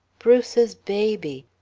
bruce's baby!